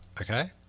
okay